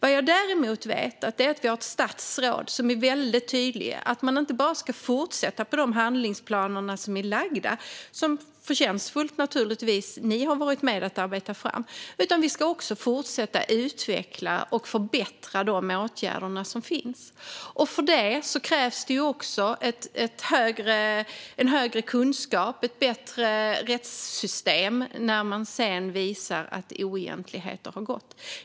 Vad jag däremot vet är att vi har ett statsråd som är väldigt tydlig med att man inte bara ska fortsätta med de framlagda arbetsplaner som ni, naturligtvis förtjänstfullt, har varit med om att arbeta fram utan också ska fortsätta utveckla och förbättra de åtgärder som inletts. Detta kräver också större kunskap och ett bättre rättssystem när man sedan visar att oegentligheter har förekommit.